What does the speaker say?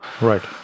Right